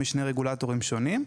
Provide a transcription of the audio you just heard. משני רגולטורים שונים.